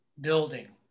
building